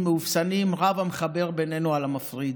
מאופסנים רב המחבר בינינו על המפריד,